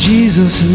Jesus